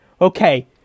Okay